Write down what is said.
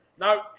Now